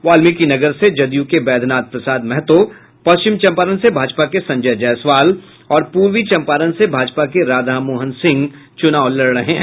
वाल्मिकीनगर से जदयू के वैद्यनाथ प्रसाद महतो पश्चिम चंपारण से भाजपा के संजय जयसवाल और पूर्वी चंपारण से भाजपा के राधामोहन सिंह चुनाव लड़ रहे हैं